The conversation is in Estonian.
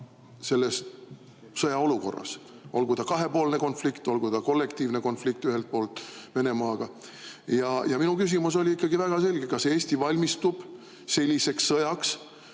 selles sõjaolukorras, olgu ta kahepoolne konflikt, olgu ta kollektiivne konflikt ühelt poolt Venemaaga. Minu küsimus oli ikkagi väga selge. Kas Eesti valmistub selliseks sõjaks,